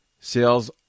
Sales